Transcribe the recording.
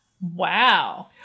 Wow